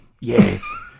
Yes